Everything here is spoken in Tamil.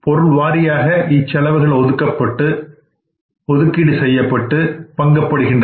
பொருள் வாரியாக இச்செலவுகள் ஒதுக்கீடு செய்யப்பட்டு பங்கப்படுகின்றன